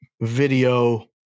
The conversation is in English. video